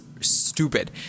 stupid